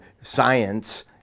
Science